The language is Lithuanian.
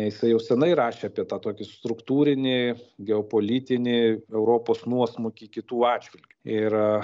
jisai jau seniai rašė apie tą tokį struktūrinį geopolitinį europos nuosmukį kitų atžvilgiu ir